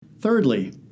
Thirdly